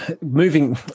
moving